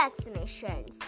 vaccinations